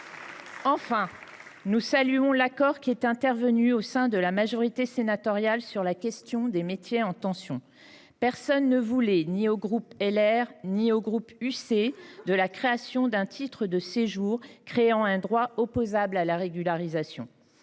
Enfin, nous saluons l’accord qui est intervenu au sein de la majorité sénatoriale sur la question des métiers en tension. Personne ne voulait, ni au sein du groupe LR ni au sein du groupe UC, de la création d’un titre de séjour qui aurait instauré un droit opposable à la régularisation.